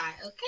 okay